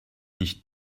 nicht